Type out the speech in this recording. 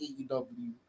AEW